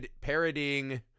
parodying